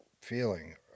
feeling